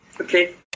okay